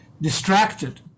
distracted